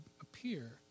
appear